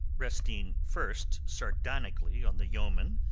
resting first sardonically on the yeoman,